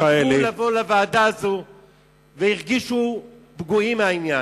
לבוא לוועדה הזאת והרגישו פגועים מהעניין.